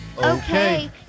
Okay